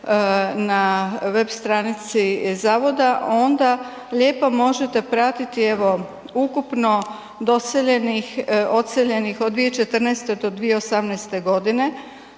na web stranici zavoda onda lijepo možete pratiti evo ukupno doseljenih-odseljenih od 2014. do 2018. godine